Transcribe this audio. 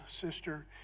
sister